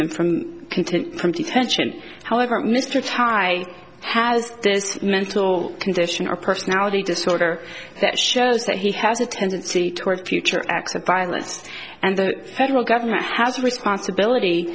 content from detention however mr try has this mental condition or personality disorder that shows that he has a tendency toward future acts of violence and the federal government has a responsibility